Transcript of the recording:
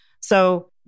So-